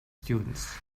students